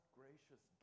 gracious